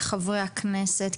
לחברי הכנסת,